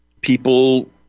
people